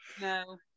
no